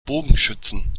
bogenschützen